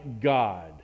God